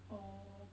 oh